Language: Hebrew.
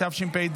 התשפ"ד